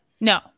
no